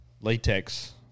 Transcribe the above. latex